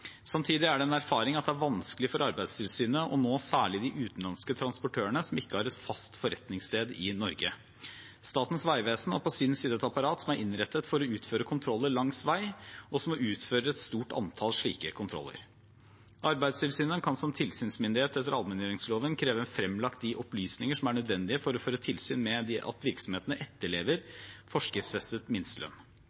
Samtidig er det en erfaring at det er vanskelig for Arbeidstilsynet å nå særlig de utenlandske transportørene som ikke har et fast forretningssted i Norge. Statens vegvesen har på sin side et apparat som er innrettet for å utføre kontroller langs vei, og som utfører et stort antall slike kontroller. Arbeidstilsynet kan som tilsynsmyndighet etter allmenngjøringsloven kreve fremlagt de opplysningene som er nødvendige for å føre tilsyn med at virksomhetene etterlever